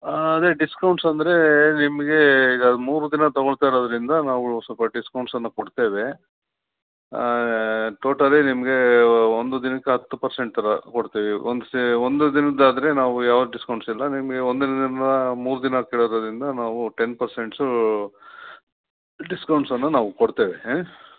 ಹಾಂ ಅದೇ ಡಿಸ್ಕೌಂಟ್ಸ್ ಅಂದರೆ ನಿಮಗೆ ಈಗ ಮೂರು ದಿನ ತಗೋಳ್ತಾ ಇರೋದರಿಂದ ನಾವು ಸ್ವಲ್ಪ ಡಿಸ್ಕೌಂಟ್ಸನ್ನು ಕೊಡ್ತೇವೆ ಟೋಟಲಿ ನಿಮಗೆ ಒಂದು ದಿನಕ್ಕೆ ಹತ್ತು ಪರ್ಸೆಂಟ್ ಥರ ಕೊಡ್ತೀವಿ ಒಂದು ಸೇ ಒಂದು ದಿನದ್ದು ಆದರೆ ನಾವು ಯಾವ ಡಿಸ್ಕೌಂಟ್ಸ್ ಇಲ್ಲ ನಿಮಗೆ ಒಂದು ದಿನದ ಮೂರು ದಿನ ಆಗ್ತಿರೋದರಿಂದ ನಾವು ಟೆನ್ ಪರ್ಸೆಂಟ್ಸು ಡಿಸ್ಕೌಂಟ್ಸನ್ನು ನಾವು ಕೊಡ್ತೇವೆ